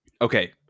Okay